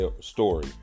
story